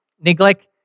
neglect